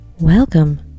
Welcome